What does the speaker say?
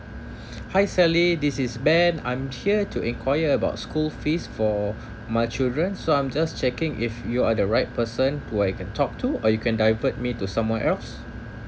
hi sally this is ben I'm here to enquire about school fees for my children so I'm just checking if you are the right person who I can talk to or you can divert me to someone else mm